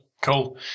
Cool